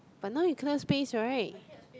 but now you cannot space right